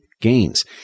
Gains